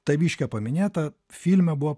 taviškę paminėta filme buvo